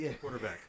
quarterback